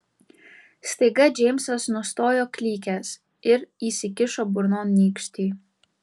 staiga džeimsas nustojo klykęs ir įsikišo burnon nykštį